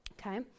okay